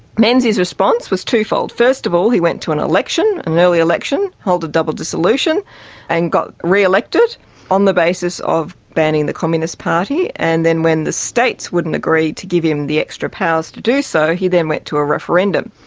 menzies' response was twofold. first of all he went to an election, an early election, held a double dissolution and got re-elected on the basis of banning the communist party. and then when the states wouldn't agree to give him the extra powers to do so he then went to a referendum.